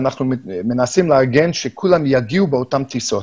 ואנחנו מנסים לארגן שכולם יגיעו באותן טיסות.